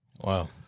Wow